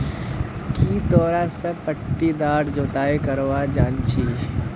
की तोरा सब पट्टीदार जोताई करवा जानछी